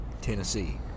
Tennessee